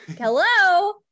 hello